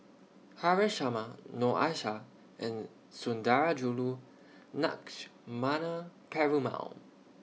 Haresh Sharma Noor Aishah and Sundarajulu Lakshmana Perumal